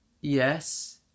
Yes